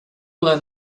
learn